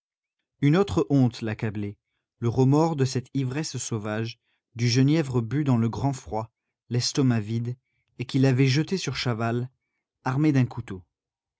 une autre honte l'accablait le remords de cette ivresse sauvage du genièvre bu dans le grand froid l'estomac vide et qui l'avait jeté sur chaval armé d'un couteau